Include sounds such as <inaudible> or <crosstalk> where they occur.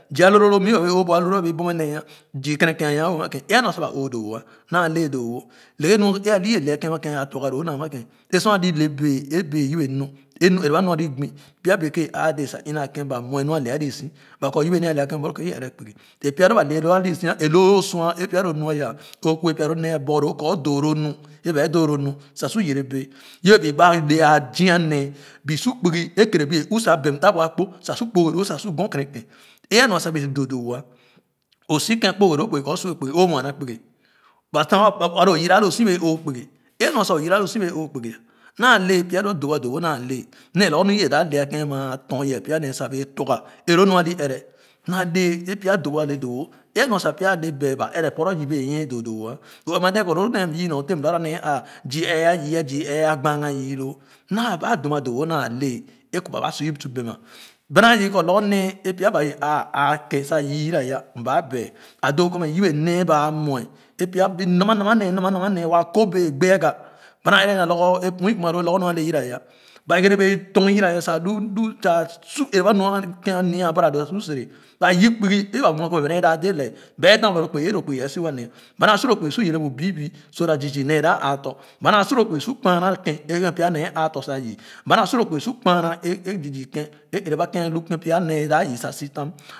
Zii alolo lo mii ba wɛɛ o bu alolo é a bee bomɛ nee zii kènekèn a nwa wo a ma kèn é a nua sa ba o doo woa naa le doo wo le nu é alo è bee le a kèn ama a tɔrga doo naa ma kèn e sor alo le bee le bee yenbe nu ẽ lu ɛrɛ ba nu alo gbe pya beke aia dee sa ona a kem ba muɛ nu a le alo so ba kɔ ayebe nee ale aken ama e bee ɛrɛ kpungo é pya lo ba le loo alu so lo o sua a pya lo nu aya kɔ kue pya aborho o kɔ a doo lo nu é ba doo lonu. Sa su yere bɛ e ba ale a zià nee bi su kpugi e keere bie uh sa bén taa bu akpo sa su kpoogeloo sa sur kɔ kereken é anua sa bee doo doo woa o su kèn kpoogeloo kpugi kɔ o su a kpugi o muɛ naa kpugi e anua sa o yora a loo sii bee o kpugi naa le pya <noise> lo dogo a doo wo naale nee lorgor nu obee da le a kèn ama a tɔn ye pya nee sa bee torga eloo nu alo ɛrɛ naa le a pya dogo a doo wo e a nua sa pya ale baɛ ba ɛrɛ poro zii benyiè doo doo woa o mɛ ma kɔ loo nee yèè nyor teh mɛ lo anua nee a aa zii ɛɛ a yii a zoo ɛɛ a gbaaga yiiloo nolo ba dum a doo wo naalee e kɔ ba su ikɔn be ma ba naa yere kɔ lorgor nee e pya ba dee à a kan sa yiraya m baa baɛ doo kɔ mɛ yebe nee ba nulɛ e pya nama nama nee nama mama nee waa a kobee e gbe aga ba naa ɛrɛ nua lorgo pu'in kuma loo lorgor nu ale yira ya ba ɛgere bu tɔn yira ya sa lu nu sa su ɛgere ba nu ken a ny'a abara doo su sere ba yip kpugo e ba mu ɛ kɔ ba nee dap dẽ lee ba daa wa loo kpugi é loo kpugo ɛɛ so wa lee ba naa so yere bu biibii so that zii zii nee da aatɔ̃ ba naa su lo kpugi su kpaa naa ke'n e ken pya nee ẽ aatɔ̃ sa yii ba naa su loo kpugi su kpaa naa eˉ eˉ zii zii e ɛra ba ken a loo pya nee da yoo sofam.